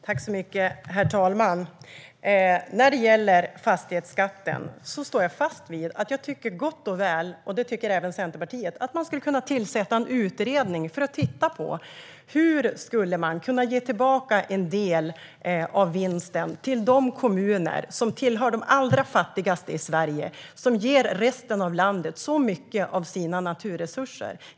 Herr talman! När det gäller fastighetsskatten står jag - och även Centerpartiet - fast vid att det gott och väl skulle kunna tillsättas en utredning för att titta på hur man skulle kunna ge tillbaka en del av vinsten till de kommuner som tillhör de allra fattigaste i Sverige och som ger resten av landet så mycket av sina naturresurser.